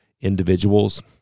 individuals